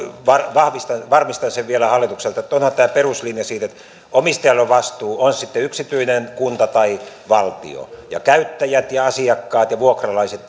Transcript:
ja varmistan sen vielä hallitukselta että onhan tämä peruslinja se että omistajalla on vastuu on se sitten yksityinen kunta tai valtio ja käyttäjät ja asiakkaat ja vuokralaiset